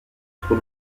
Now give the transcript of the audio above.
trou